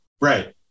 Right